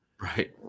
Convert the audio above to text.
right